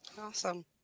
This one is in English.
Awesome